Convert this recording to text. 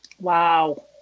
Wow